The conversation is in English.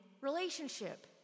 relationship